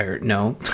no